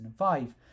2005